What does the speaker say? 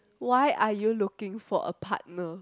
why are you looking for a partner